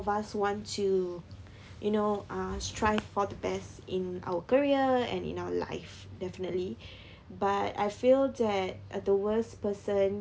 all of us want to you know uh strive for the best in our career and in our life definitely but I feel that uh the worst person